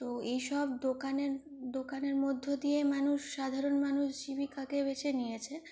তো এইসব দোকানের দোকানের মধ্য দিয়ে মানুষ সাধারণ মানুষ জীবিকাকে বেছে নিয়েছে